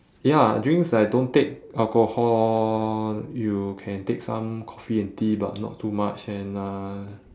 ya drinks I don't take alcohol you can take some coffee and tea but not too much and uh